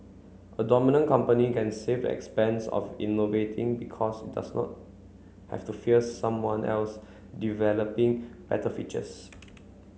a dominant company can save the expense of innovating because it does not have to fear someone else developing better features